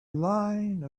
line